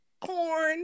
corn